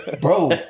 bro